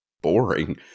boring